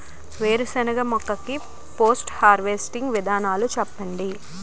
వేరుసెనగ పంట కి పోస్ట్ హార్వెస్టింగ్ విధానాలు చెప్పండీ?